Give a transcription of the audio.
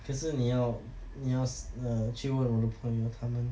可是你要你要 err 去问我的朋友他们